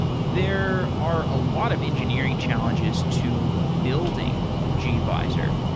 there are a lot of engineering challenges to building gvisor.